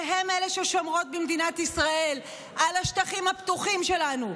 שהן אלה ששומרות במדינת ישראל על השטחים הפתוחים שלנו,